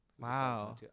Wow